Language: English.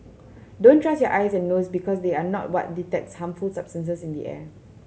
don't trust your eyes and nose because they are not what detects harmful substances in the air